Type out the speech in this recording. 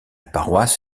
paroisse